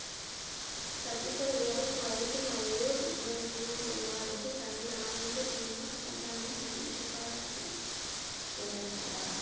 thirty five years వయసు మరియు డిప్రోసింగ్ ఉన్నవారికి తగిన ఆరోగ్య భీమా పథకాన్ని మీరు సిఫారసు చేయగలరా